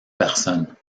personne